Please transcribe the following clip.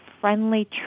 friendly